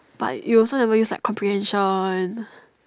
but you also never use like comprehension